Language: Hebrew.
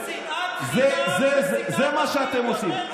זה מה שאתם עושים.